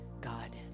God